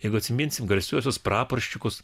jeigu atsiminsim garsiuosius praporščikus